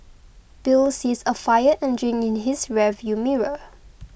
bill sees a fire engine in his rear view mirror